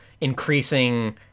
increasing